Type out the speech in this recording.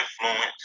influence